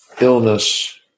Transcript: Illness